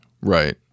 Right